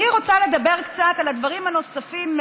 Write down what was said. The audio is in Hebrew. אני רוצה לדבר קצת על הדברים הנוספים,